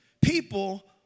people